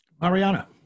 Mariana